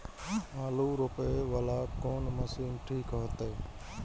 आलू रोपे वाला कोन मशीन ठीक होते?